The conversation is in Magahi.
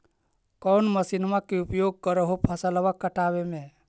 कौन मसिंनमा के उपयोग कर हो फसलबा काटबे में?